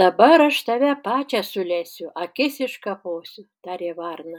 dabar aš tave pačią sulesiu akis iškaposiu tarė varna